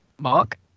Mark